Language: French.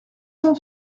cent